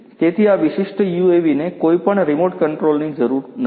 તેથી આ વિશિષ્ટ યુએવીને કોઈપણ રીમોટ કંટ્રોલની જરૂર નથી